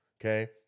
okay